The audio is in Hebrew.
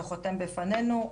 שחותם בפנינו.